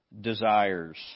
desires